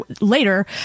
later